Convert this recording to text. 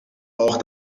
auch